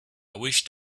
wished